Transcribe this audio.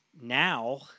now